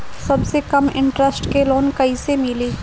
सबसे कम इन्टरेस्ट के लोन कइसे मिली?